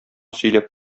сөйләп